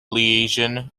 liaison